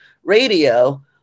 radio